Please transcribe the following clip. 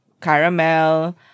caramel